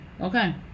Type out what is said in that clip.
okay